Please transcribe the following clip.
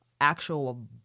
actual